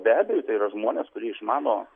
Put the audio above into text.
be abejo tai yra žmonės kurie išmano